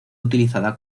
utilizada